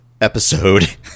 episode